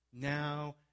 Now